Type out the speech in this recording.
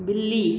बिल्ली